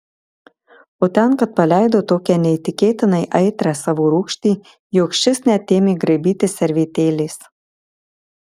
o ten kad paleido tokią neįtikėtinai aitrią savo rūgštį jog šis net ėmė graibytis servetėlės